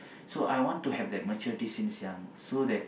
so I want to have that maturity since young so that